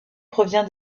provient